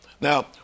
Now